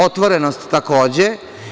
Otvorenost, takođe.